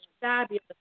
fabulous